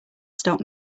stop